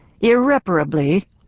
irreparably